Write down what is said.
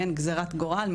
מעין גזירת גורל,